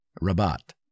Rabat